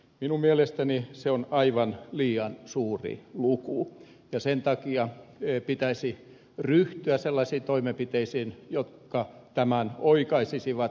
minun mielestäni se on aivan liian suuri luku ja sen takia pitäisi ryhtyä sellaisiin toimenpiteisiin jotka tämän oikaisisivat